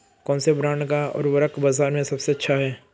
कौनसे ब्रांड का उर्वरक बाज़ार में सबसे अच्छा हैं?